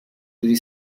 جوری